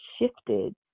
shifted